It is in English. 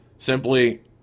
Simply